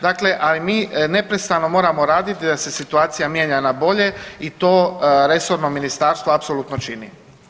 Dakle ali mi neprestano moramo raditi da se situacija mijenja na bolje i to resorno ministarstvo apsolutno čini.